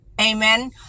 Amen